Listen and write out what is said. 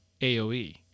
AOE